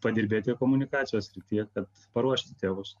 padirbėti komunikacijos srityje kad paruošti tėvus